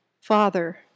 Father